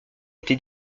été